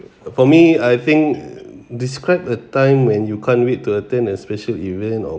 for me I think describe a time when you can't wait to attend a special event or